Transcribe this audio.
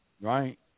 right